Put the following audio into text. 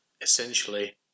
essentially